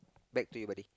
back to you buddy